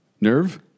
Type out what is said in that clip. Nerve